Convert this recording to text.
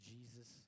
Jesus